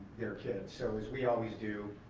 their kids. so as we always do,